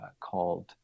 called